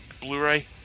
Blu-ray